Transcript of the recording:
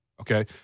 okay